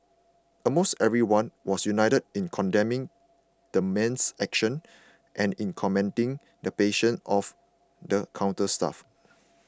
almost everyone was united in condemning the man's actions and in commending the patience of the counter staff